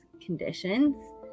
conditions